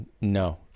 no